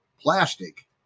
plastic